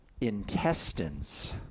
intestines